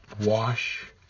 wash